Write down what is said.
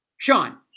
Sean